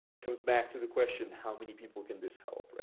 comes back to the question how many people can this help?